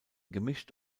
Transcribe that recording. gemischt